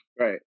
Right